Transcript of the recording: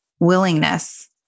Willingness